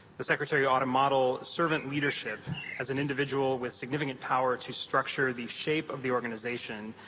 the secretary ought to model servant leadership as an individual with significant power to structure the shape of the organization,